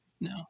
no